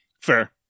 Fair